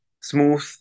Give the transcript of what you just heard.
smooth